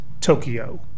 Tokyo